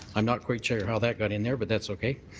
i'm not quite sure how that got in there, but that's okay.